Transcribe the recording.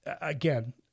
again